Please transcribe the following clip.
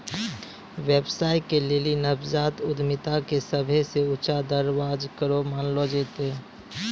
व्यवसाय के लेली नवजात उद्यमिता के सभे से ऊंचा दरजा करो मानलो जैतो रहलो छै